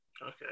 Okay